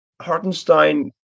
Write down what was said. Hartenstein